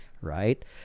right